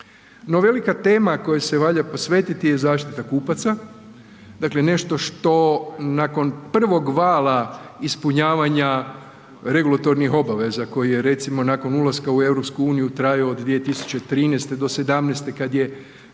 velika tema kojoj se valja posvetiti je zaštita kupaca, dakle nešto što nakon prvog vala ispunjavanja regulatornih obaveza koji je recimo nakon ulaska u EU trajao od 2013. do '17. kad je